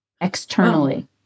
externally